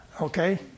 Okay